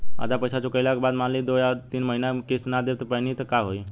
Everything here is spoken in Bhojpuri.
आधा पईसा चुकइला के बाद मान ली दो या तीन महिना किश्त ना दे पैनी त का होई?